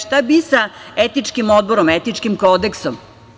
Šta bi sa etičkim odborom, etičkim kodeksom?